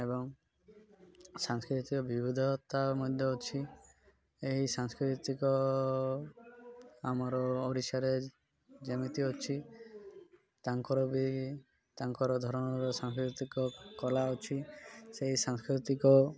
ଏବଂ ସାଂସ୍କୃତିକ ବିିବିିଧତା ମଧ୍ୟ ଅଛି ଏହି ସାଂସ୍କୃତିକ ଆମର ଓଡ଼ିଶାରେ ଯେମିତି ଅଛି ତାଙ୍କର ବି ତାଙ୍କର ଧରଣର ସାଂସ୍କୃତିକ କଳା ଅଛି ସେହି ସାଂସ୍କୃତିକ